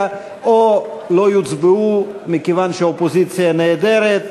או לא יוצבעו מכיוון שהאופוזיציה נעדרת.